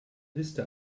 liste